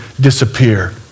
disappear